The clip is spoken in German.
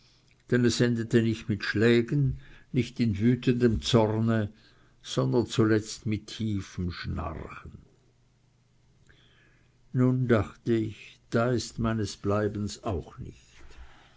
es endete nicht mit schlägen nicht in wütendem zorne sondern zuletzt mit tiefem schnarchen nun dachte ich da ist meines bleibens auch nicht